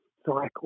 cycle